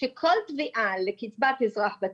שכל תביעה לקצבת אזרח ותיק,